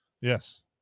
Yes